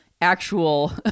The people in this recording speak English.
actual